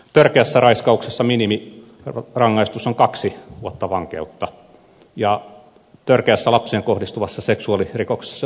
törkeässä raiskauksessa minimirangaistus on kaksi vuotta vankeutta ja törkeässä lapseen kohdistuvassa seksuaalirikoksessa se on vain vuosi